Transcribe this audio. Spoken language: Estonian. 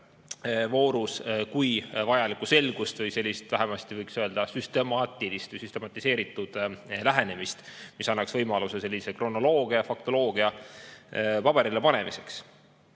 kui vajalikku selgust või – vähemasti võiks öelda – süstemaatilist või süstematiseeritud lähenemist, mis annaks võimaluse kronoloogia ja faktoloogia paberile panemiseks.